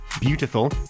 beautiful